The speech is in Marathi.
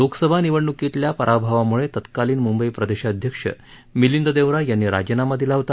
लोकसभा निवडण्कीतल्या पराभवामुळे तत्कालीन मुंबई प्रदेशअध्यक्ष मिलिंद देवरा यांनी राजीनामा दिला होता